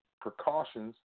precautions